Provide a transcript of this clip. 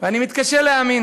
ואני מתקשה להאמין.